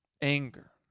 anger